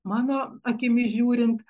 mano akimis žiūrint